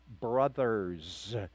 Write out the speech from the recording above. brothers